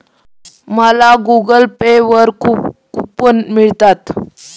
मला Google pay वर खूप कूपन मिळतात